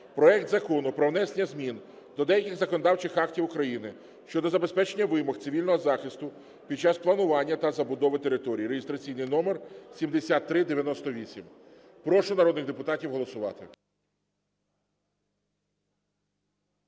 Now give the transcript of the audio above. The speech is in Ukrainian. проект Закону про внесення змін до деяких законодавчих актів України щодо забезпечення вимог цивільного захисту під час планування та забудови територій (реєстраційний номер 7398). Прошу народних депутатів голосувати.